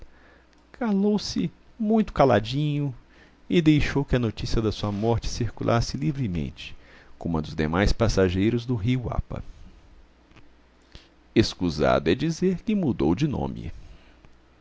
calou-se muito caladinho e deixou que a notícia da sua morte circulasse livremente como a dos demais passageiros do rio apa escusado é dizer que mudou de nome